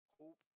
hope